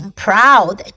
proud